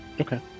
Okay